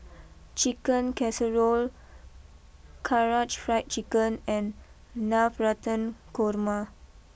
Chicken Casserole Karaage Fried Chicken and Navratan Korma